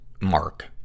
mark